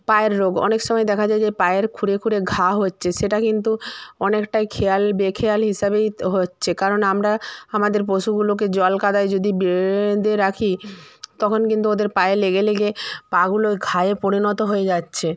পায়ের রোগ অনেক সময় দেখা যায় যে পায়ের খুরে খুরে ঘা হচ্ছে সেটা কিন্তু অনেকটাই খেয়াল বেখেয়াল হিসাবেই তো হচ্ছে কারণ আমরা আমাদের পশুগুলোকে জল কাদায় যদি বেঁধে রাখি তখন কিন্তু ওদের পায়ে লেগে লেগে পা গুলোয় ঘায়ে পরিণত হয়ে যাচ্ছে